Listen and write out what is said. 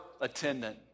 attendant